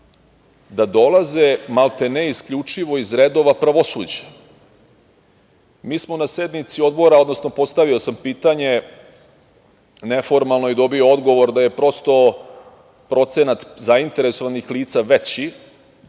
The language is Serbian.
da dolaze, maltene, isključivo iz redova pravosuđa. Mi smo na sednici odbora, odnosno postavio sam pitanje neformalno i dobio odgovor da je prosto procenat zainteresovanih lica veći,